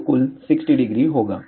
तो कुल 600 होगा